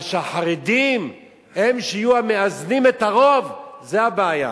אבל שהחרדים הם שיהיו המאזנים את הרוב, זו הבעיה.